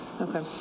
okay